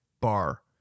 bar